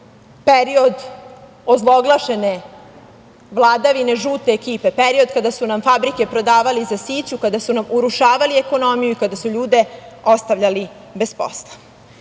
period ozloglašene vladavine žute ekipe, period kada su nam fabrike prodavali za siću, kada su nam urušavali ekonomiju i kada su ljude ostavljali bez posla. Kako